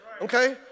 Okay